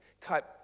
type